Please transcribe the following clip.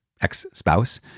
ex-spouse